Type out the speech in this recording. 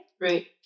right